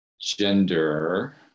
gender